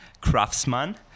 craftsman